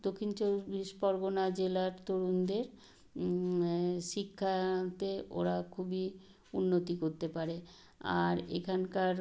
দক্ষিণ চব্বিশ পরগনা জেলার তরুণদের শিক্ষাতে ওরা খুবই উন্নতি করতে পারে আর এখানকার